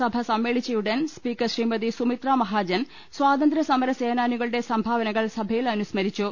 സഭ സമ്മേളിച്ചയുടൻ speaker Shrimati Sumitra Mahajan സ്വാതന്ത്ര്യ സമര സേനാനികളുടെ സംഭാവനകൾ സഭയിൽ അനു സ്മരിച്ചു